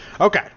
Okay